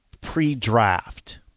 Pre-draft